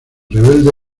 rebelde